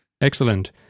Excellent